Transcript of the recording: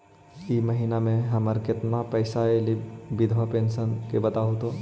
इ महिना मे हमर केतना पैसा ऐले हे बिधबा पेंसन के बताहु तो?